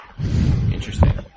Interesting